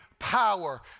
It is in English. Power